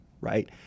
Right